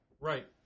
Right